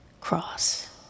cross